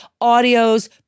audios